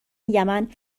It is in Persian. یمن